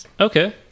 okay